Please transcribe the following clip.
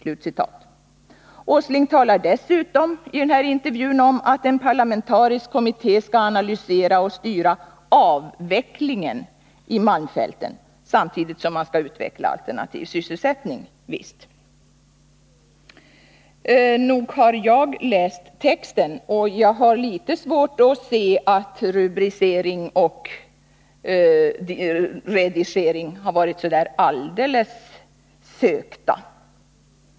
Nils Åsling talar dessutom i intervjun om att en parlamentarisk kommitté skall analysera och styra avvecklingen i malmfälten, samtidigt som man skall utveckla alternativ sysselsättning — ja visst. Nog har jag läst texten, och jag har litet svårt att se att rubricering och redigering varit så sökta.